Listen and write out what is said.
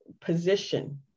position